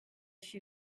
she